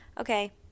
okay